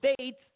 states